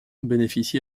bénéficie